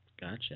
Gotcha